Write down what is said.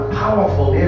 powerful